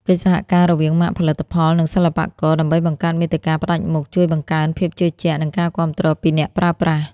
កិច្ចសហការរវាងម៉ាកផលិតផល និងសិល្បករ ដើម្បីបង្កើតមាតិកាផ្តាច់មុខ ជួយបង្កើនភាពជឿជាក់ និងការគាំទ្រពីអ្នកប្រើប្រាស់។